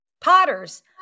potters